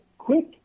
Quick